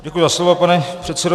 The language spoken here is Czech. Děkuji za slovo, pane předsedo.